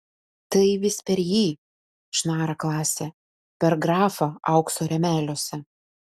tai vis per jį šnara klasė per grafą aukso rėmeliuose